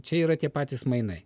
čia yra tie patys mainai